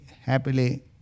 happily